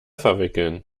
verwickeln